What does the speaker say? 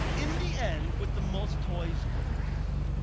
in the end, with the most toys wins.